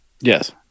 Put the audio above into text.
Yes